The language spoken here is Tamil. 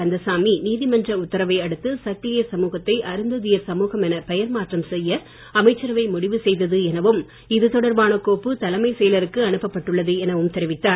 கந்தசாமி நீதிமன்ற உத்தரவை அடுத்து சக்கிலியர் சமூகத்தை அருந்ததியர் சமூகம் என பெயர் மாற்றம் செய்ய அமைச்சரவை முடிவு செய்தது எனவும் இது தொடர்பான கோப்பு தலைமைச் செயலருக்கு அனுப்பப்பட்டு உள்ளது எனவும் தெரிவித்தார்